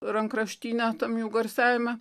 rankraštyne tam jų garsiajame